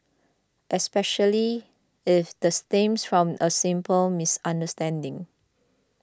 especially if the stems from a simple misunderstanding